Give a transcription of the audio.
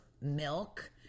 milk